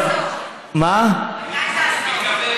מתי זה הסוף?